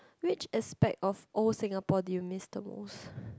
which aspect of old Singapore did you miss the most